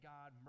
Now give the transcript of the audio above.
God